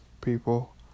people